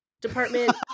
department